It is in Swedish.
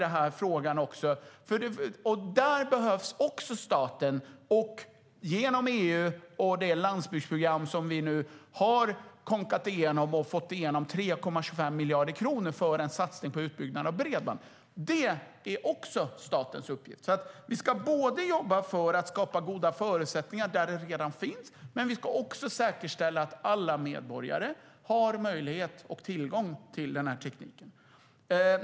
Där behövs också staten och EU och det landsbygdsprogram som vi nu har kånkat igenom. Där har vi fått igenom 3,25 miljarder kronor för en satsning på utbyggnad av bredband. Det är också statens uppgift. Vi ska alltså jobba för att skapa goda förutsättningar där tekniken redan finns, men vi ska också säkerställa att alla medborgare har tillgång till den här tekniken.